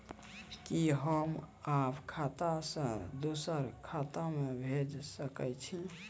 कि होम आप खाता सं दूसर खाता मे भेज सकै छी?